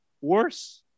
Worse